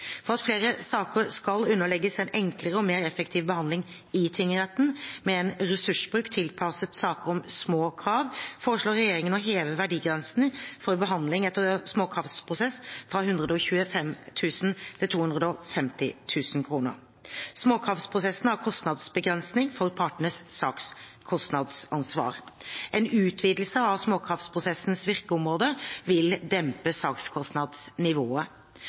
For at flere saker skal underlegges en enklere og mer effektiv behandling i tingretten – med en ressursbruk tilpasset saker om små krav – foreslår regjeringen å heve verdigrensen for behandling etter småkravsprosess fra 125 000 kr til 250 000 kr. Småkravsprosessen har kostnadsbegrensning for partenes sakskostnadsansvar. En utvidelse av småkravsprosessens virkeområde vil dempe sakskostnadsnivået.